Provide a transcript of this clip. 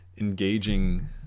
engaging